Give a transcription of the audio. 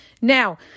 Now